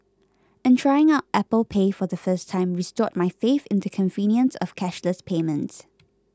and trying out Apple Pay for the first time restored my faith in the convenience of cashless payments